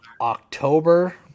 October